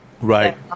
Right